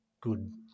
good